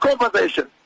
conversation